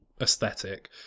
aesthetic